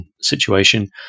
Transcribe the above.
situation